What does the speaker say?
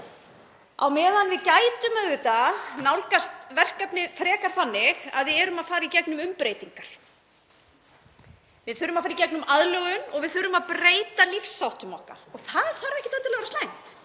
á meðan við gætum auðvitað nálgast verkefnið frekar þannig að við erum að fara í gegnum umbreytingar. Við þurfum að fara í gegnum aðlögun og við þurfum að breyta lífsháttum okkar og það þarf ekkert endilega að vera slæmt.